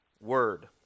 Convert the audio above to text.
Word